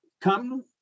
come